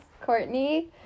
Courtney